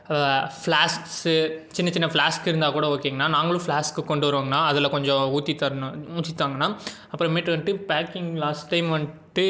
flasks சின்ன சின்ன flask இருந்தால் கூட ஓகேங்கணா நாங்களும் பிளாஸ்க்கு கொண்டு வருவோங்கணா அதில் கொஞ்சம் ஊற்றி தரணும் ஊற்றி தாங்கண்ணா அப்புறமேட்டு வந்துட்டு பேக்கிங் லாஸ்ட் டைம் வந்துட்டு